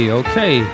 okay